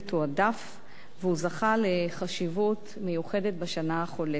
והוא זכה לחשיבות מיוחדת בשנה החולפת.